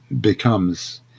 becomes